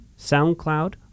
SoundCloud